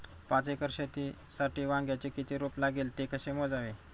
पाच एकर शेतीसाठी वांग्याचे किती रोप लागेल? ते कसे मोजावे?